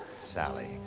Sally